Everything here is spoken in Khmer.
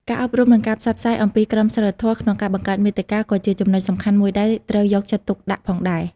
ការអប់រំ និងការផ្សព្វផ្សាយអំពីក្រមសីលធម៌ក្នុងការបង្កើតមាតិកា ក៏ជាចំណុចសំខាន់មួយដែលត្រូវយកចិត្តទុកដាក់ផងដែរ។